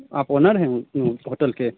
आप ओनर हैं होटल के